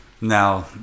Now